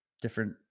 different